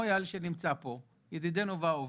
אייל שנמצא כאן, ידידנו ואהובנו,